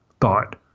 thought